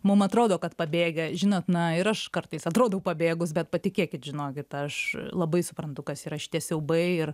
mum atrodo kad pabėgę žinot na ir aš kartais atrodau pabėgus bet patikėkit žinokit aš labai suprantu kas yra šitie siaubai ir